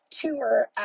tour